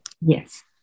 Yes